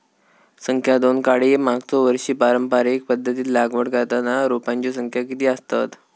संख्या दोन काडी मागचो वर्षी पारंपरिक पध्दतीत लागवड करताना रोपांची संख्या किती आसतत?